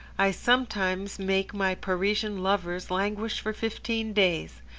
i sometimes make my parisian lovers languish for fifteen days,